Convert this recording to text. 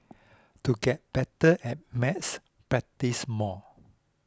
to get better at maths practise more